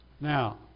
Now